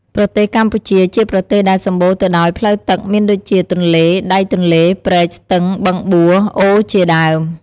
ប្រទេសកម្ពុជា ជាប្រទេសដែលសម្បូរទៅដោយផ្លូវទឹកមានដូចជា ទន្លេ ដៃទន្លេ ព្រែក ស្ទឹង បឹងបួរ អូរជាដើម។